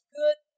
good